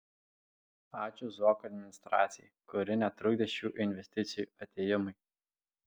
ačiū zuoko administracijai kuri netrukdė šių investicijų atėjimui